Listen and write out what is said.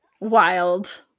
Wild